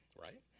right